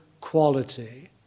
quality